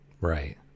right